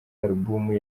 album